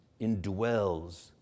indwells